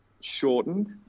shortened